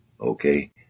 Okay